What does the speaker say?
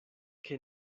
kie